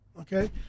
Okay